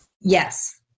Yes